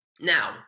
Now